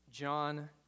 John